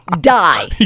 die